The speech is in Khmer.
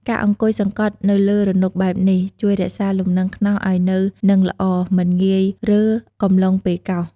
ការអង្គុយសង្កត់ទៅលើរនុកបែបនេះ ជួយរក្សាលំនឹងខ្នោសឱ្យនៅនឹងល្អ មិនងាយរើកំឡុងពេលកោស។